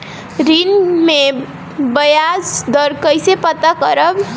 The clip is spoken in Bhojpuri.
ऋण में बयाज दर कईसे पता करब?